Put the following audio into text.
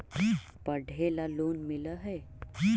पढ़े ला लोन मिल है?